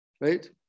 right